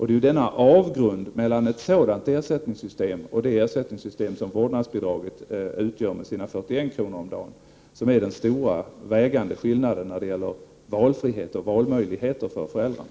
Det är denna avgrund mellan ett sådant ersättningssystem och det ersättningssystem som vårdnadsbidraget med sina 41 kr. om dagen utgör, som är den stora vägande skillnaden i valfrihet och valmöjligheter för föräldrarna.